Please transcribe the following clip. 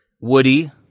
Woody